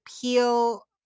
peel